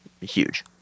huge